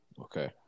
okay